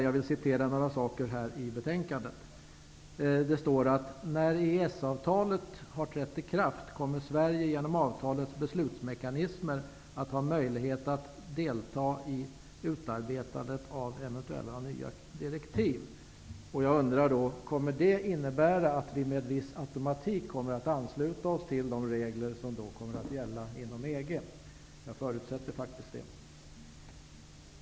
Jag vill citera några meningar i betänkandet, bl.a. följande: ''När EES-avtalet har trätt i kraft kommer Sverige genom avtalets beslutsmekanismer att ha möjlighet att delta i utarbetandet av eventuella nya direktiv.'' Jag undrar: Innebär det att vi med viss automatik ansluter oss till de regler som då kommer att gälla inom EG? Jag förutsätter faktiskt det.